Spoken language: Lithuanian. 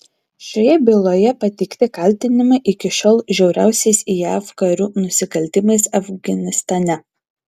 šioje byloje pateikti kaltinimai iki šiol žiauriausiais jav karių nusikaltimais afganistane